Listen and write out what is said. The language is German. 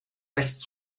west